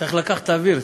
צריך לקחת אוויר,